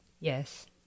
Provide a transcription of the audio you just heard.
Yes